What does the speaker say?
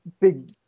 big